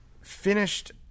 finished